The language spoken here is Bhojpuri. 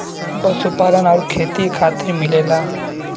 पशुपालन आउर खेती खातिर मिलेला